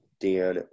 Dan